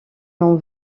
l’on